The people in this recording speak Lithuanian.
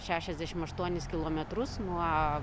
šešiasdešim aštuonis kilometrus nuo